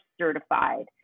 certified